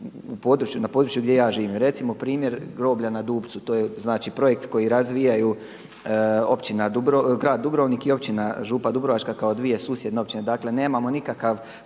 na području gdje ja živim. Recimo primjer groblja na Dubcu, to je znači projekt koji razvijaju grad Dubrovnik i općina Župa Dubrovačka kao dvije susjedne općine. Dakle nemamo nikakav